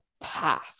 Path